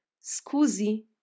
Scusi